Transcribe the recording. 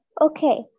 Okay